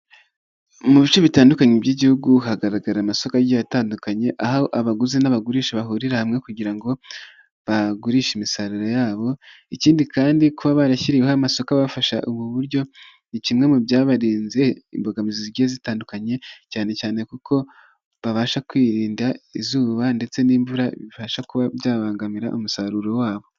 Mu bice bitandukanye by'igihugu hagaragara amasoko atandukanye, aho abaguzi n'abagurisha bahurira hamwe kugira ngo bagurishe imisaruro yabo, ikindi kandi kuba barashyiriweho amasoko abafashe ubu buryo ni kimwe mu byabarinze imbogamizi zigiye zitandukanye cyane cyane kuko babasha kwirinda izuba ndetse n'imvura bibasha kuba byabangamira umusaruro wabo.